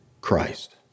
Christ